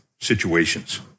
situations